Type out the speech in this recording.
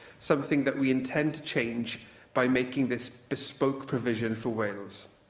something that we intend to change by making this bespoke provision for wales.